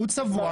הוא צבוע מתחסד.